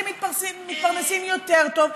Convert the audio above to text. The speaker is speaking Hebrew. כי הם מתפרנסים יותר טוב,